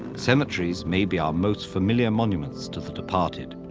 cemeteries may be our most familiar monuments to the departed,